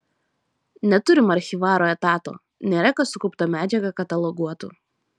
neturim archyvaro etato nėra kas sukauptą medžiagą kataloguotų